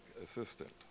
assistant